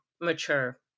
mature